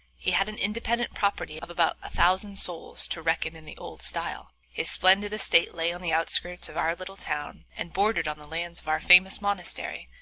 he had an independent property of about a thousand souls, to reckon in the old style. his splendid estate lay on the outskirts of our little town and bordered on the lands of our famous monastery,